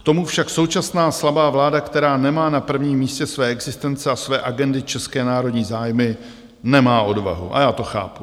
K tomu však současná slabá vláda, která nemá na prvním místě své existence a své agendy české národní zájmy, nemá odvahu a já to chápu.